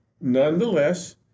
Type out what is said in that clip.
Nonetheless